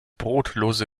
brotlose